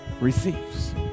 receives